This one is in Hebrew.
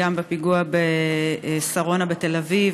גם בפיגוע בשרונה בתל-אביב,